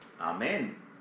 Amen